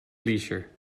leisure